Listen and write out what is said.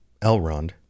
Elrond